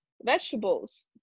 vegetables